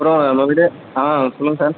அப்புறோம் நம்மக்கிட்டே ஆ சொல்லுங்கள் சார்